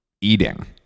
eating